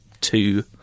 two